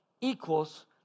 equals